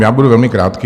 Já budu velmi krátký.